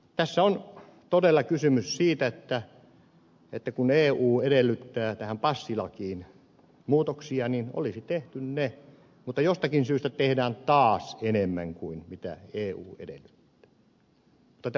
tässä on todella kysymys siitä että kun eu edellyttää passilakiin muutoksia niin olisi tehty ne mutta jostakin syystä tehdään taas enemmän kuin eu edellyttää mutta tämähän on tyypillistä meille